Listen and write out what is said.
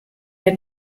der